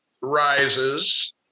rises